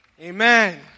Amen